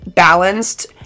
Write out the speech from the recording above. Balanced